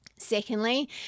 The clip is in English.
Secondly